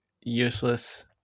useless